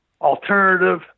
alternative